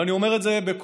ואני אומר את זה בקול,